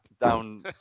down